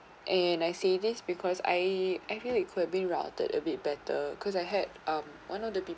and I say this because I I feel it could have been routed a bit better cause I had um one of the peo~